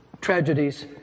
tragedies